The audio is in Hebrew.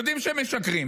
ויודעים שהם משקרים,